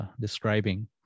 describing